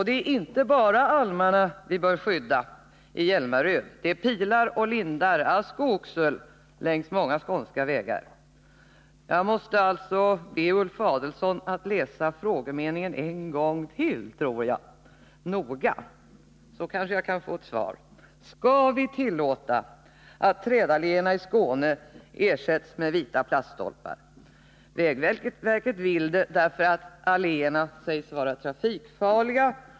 Det är inte bara almar i Hjälmaröd vi bör skydda. Det är pilar och lindar, ask och oxel längs många skånska vägar. Jag måste alltså be Ulf Adelsohn att läsa frågemeningen en gång till. Noga! Sedan kanske jag kan få ett svar. Skall vi tillåta att trädalléerna i Skåne ersätts med vita plaststolpar? Vägverket vill det därför att alléerna sägs vara trafikfarliga.